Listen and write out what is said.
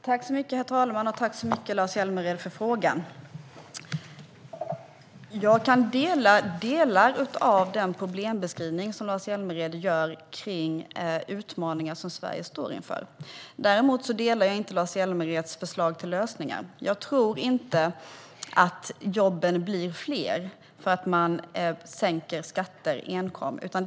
Herr talman! Tack så mycket för frågan, Lars Hjälmered! Jag kan dela delar av den problembeskrivning som Lars Hjälmered gör av de utmaningar som Sverige står inför. Däremot delar jag inte Lars Hjälmereds förslag till lösningar. Jag tror inte att jobben blir fler för att man enkom sänker skatter.